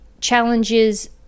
challenges